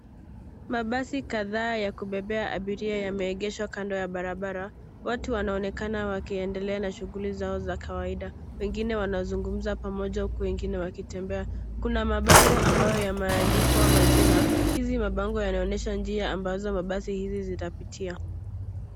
Mabasi kadhaa ya kubebea abiria yameegeshwa kando ya barabara. Watu wanaonekana wakiendelea na shughuli zao za kawaida. Wengine wanazungumza pamoja huku wengine wakitembea. Kuna mabango ambayo yameandikwa majina. Hizi mabango yanaonyesha njia ambayo mabasi haya zitapitia.